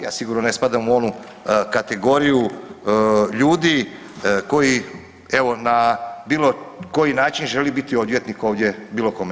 Ja sigurno ne spadam u onu kategoriju ljudi koji evo na bilo koji način želi biti odvjetnik ovdje bilo kome.